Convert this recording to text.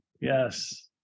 Yes